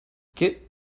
get